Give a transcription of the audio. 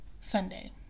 Sunday